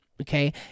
Okay